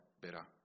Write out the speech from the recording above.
better